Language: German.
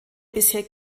bisher